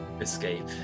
escape